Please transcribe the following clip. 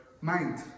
mind